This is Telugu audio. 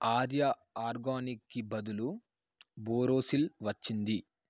ఆర్యా ఆర్గానిక్కి బదులు బోరోసిల్ వచ్చింది